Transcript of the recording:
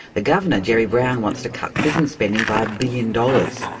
the governor, jerry brown, wants to cut prison spending by a billion dollars.